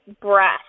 breath